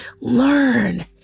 learn